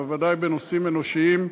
בוודאי בנושאים אנושיים.